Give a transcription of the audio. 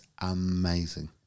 amazing